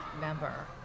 member